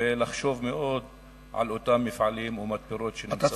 ולחשוב על אותם מפעלים ומתפרות שנמצאים בצפון.